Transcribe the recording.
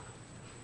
גדולה.